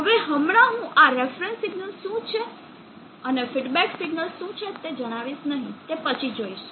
હવે હમણાં હું આ રેફરન્સ સિગ્નલ શું છે અને ફીડબેક સિગ્નલ શું છે તે જણાવીશ નહીં તે પછી જોઈશું